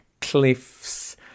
cliffs